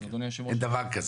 אין דבר כזה.